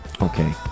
Okay